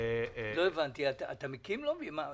לא הבנתי, אתה מקים לובי?